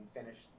finish